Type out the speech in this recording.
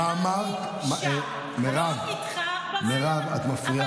מירב, את מפריעה.